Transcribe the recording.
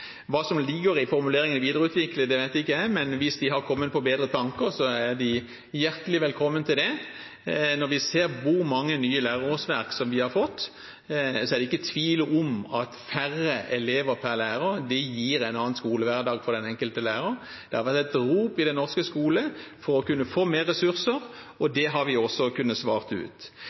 Hva som ligger i formuleringen «videreutvikle», vet ikke jeg, men hvis de har kommet på bedre tanker, så er de hjertelig velkommen til det. Når vi ser hvor mange nye lærerårsverk vi har fått, er det ikke tvil om at færre elever per lærer gir en annen skolehverdag for den enkelte lærer. Det er på sett og vis et rop i den norske skole for å kunne få mer ressurser, og det har vi også kunnet